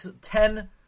ten